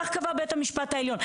כך קבע בית המשפט העליון.